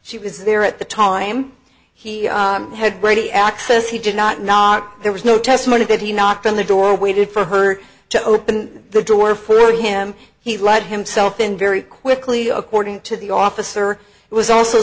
she was there at the time he had ready access he did not not there was no testimony that he knocked on the door waited for her to open the door for him he let himself in very quickly according to the officer was also